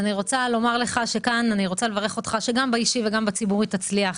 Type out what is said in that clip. אני רוצה לברך אותך שגם באישי וגם בציבורי תצליח.